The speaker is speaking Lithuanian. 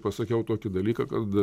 pasakiau tokį dalyką kad